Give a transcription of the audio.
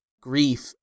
grief